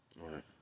Right